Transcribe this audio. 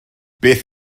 beth